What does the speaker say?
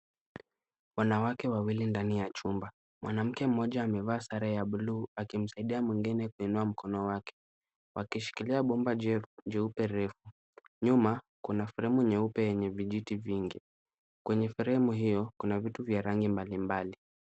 Wanawake wawili ndani ya chumba. Mwanamke mmoja amevaa sare ya buluu akimsaidia mwingine kuinua mkono wake wakishikilia bomba jeupe refu. Nyuma kuna fremu nyeupe yenye vijiti vingi kwenye fremu hio kuna vitu vya rangi mbalimbali.